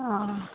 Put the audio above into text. ᱚᱻ